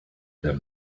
there